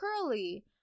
curly